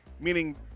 Meaning